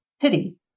Pity